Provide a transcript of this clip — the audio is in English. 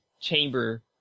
chamber